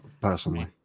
personally